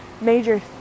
major